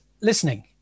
listening